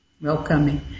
Welcoming